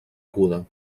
aguda